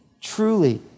truly